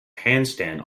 handstand